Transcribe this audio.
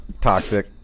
Toxic